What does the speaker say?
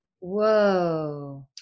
Whoa